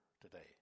today